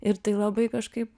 ir tai labai kažkaip